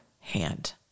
hand